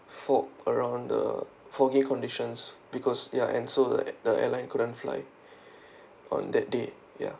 fog around the foggy conditions because ya and so the the airline couldn't fly on that date ya